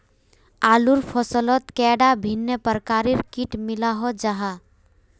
आलूर फसलोत कैडा भिन्न प्रकारेर किट मिलोहो जाहा?